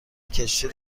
کشتی